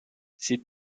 ces